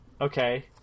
okay